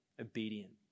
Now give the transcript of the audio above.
obedient